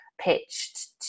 pitched